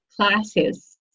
classes